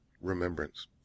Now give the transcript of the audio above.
Remembrance